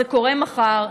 זה קורה מחר.